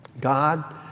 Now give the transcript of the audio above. God